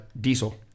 Diesel